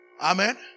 Amen